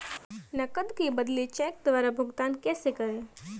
नकद के बदले चेक द्वारा भुगतान कैसे करें?